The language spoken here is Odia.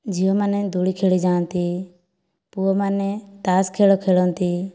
ଝିଅମାନେ ଦୋଳି ଖେଳି ଯାଆନ୍ତି ପୁଅମାନେ ତାସ୍ ଖେଳ ଖେଳନ୍ତି